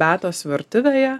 beatos virtuvėje